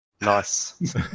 Nice